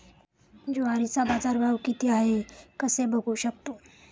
ज्वारीचा बाजारभाव किती आहे कसे बघू शकतो?